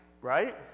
Right